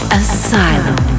asylum